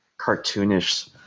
cartoonish